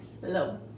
Hello